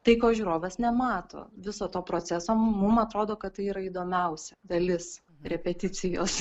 tai ko žiūrovas nemato viso to proceso mum atrodo kad tai yra įdomiausia dalis repeticijos